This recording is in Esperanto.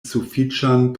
sufiĉan